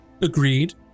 Agreed